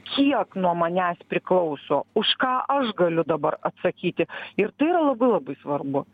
kiek nuo manęs priklauso už ką aš galiu dabar atsakyti ir tai yra labai labai svarbu